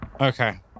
Okay